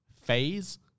phase